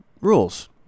rules